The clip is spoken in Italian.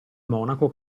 monaco